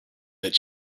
that